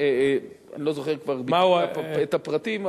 אני לא זוכר כבר בדיוק את הפרטים,